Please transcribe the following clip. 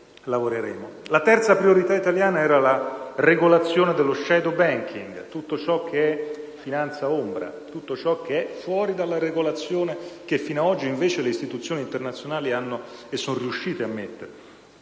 La terza priorità italiana era la regolazione dello *shadow banking*, di tutto ciò che è finanza ombra ed è fuori dalla regolazione che fino ad oggi invece le istituzioni internazionali sono riuscite a creare.